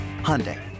Hyundai